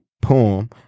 poem